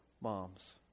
moms